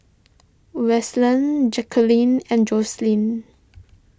Wesley Jacquelyn and Joslyn